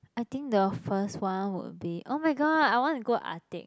I think the first one would be oh my god I want to go Arctic